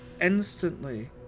instantly